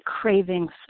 cravings